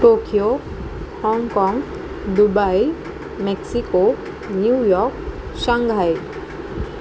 Tokyo Hong Kong Dubai Mexico New York Shanghai